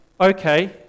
okay